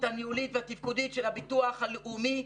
הניהולית והתפקודית של הביטוח הלאומי,